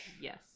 Yes